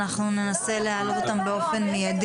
דבר ראשון כשמדובר על רווחת בעלי חיים,